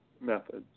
methods